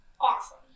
Awesome